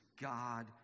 God